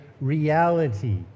reality